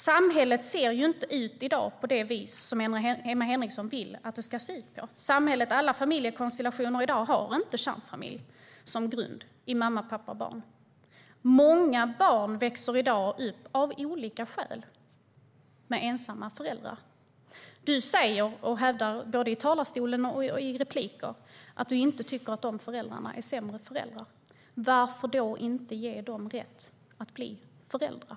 Samhället i dag ser inte ut på det vis som Emma Henriksson vill att det ska se ut. I dag har inte alla familjekonstellationer en kärnfamilj med mamma, pappa och barn som grund. Många barn växer i dag av olika skäl upp med ensamma föräldrar. Emma Henriksson hävdar, både i talarstolen och i repliker, att hon inte tycker att dessa föräldrar är sämre föräldrar. Varför då inte ge dem rätt att bli föräldrar?